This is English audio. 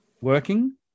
working